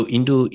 Indo